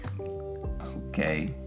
Okay